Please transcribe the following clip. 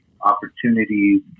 opportunities